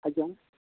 আইজং